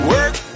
Work